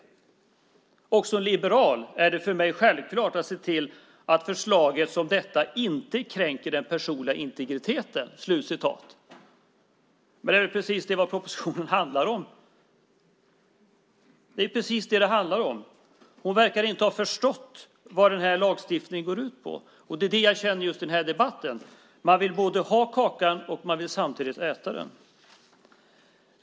Också för mig som liberal är det självklart att se till att ett förslag som detta inte kränker den personliga integriteten, säger hon. Men det är väl precis det som propositionen handlar om. Cecilia Malmström verkar inte ha förstått vad den här lagstiftningen går ut på. Det känner jag i den här debatten - man vill ha kakan och samtidigt äta den.